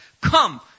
come